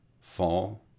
fall